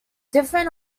different